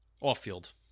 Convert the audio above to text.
Off-field